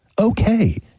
Okay